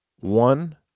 One